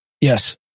Yes